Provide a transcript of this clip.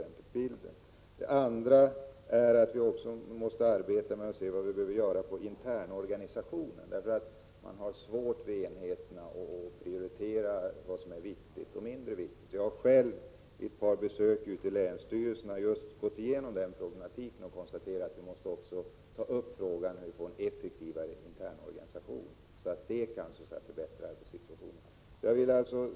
1987/88:43 Det andra vi måste arbeta med är att se över vad som behöver göras med = 11 december 1987 internorganisationen. Man har nämligen på enheterna svårt att prioritera — alltså att avgöra vad som är viktigt och vad som är mindre viktigt. Jag har själv vid ett par besök ute på länsstyrelserna gått igenom just den problematiken och konstaterat att vi måste ta upp frågan hur man skall få en effektivare internorganisation för att på det sättet förbättra arbetssituationen.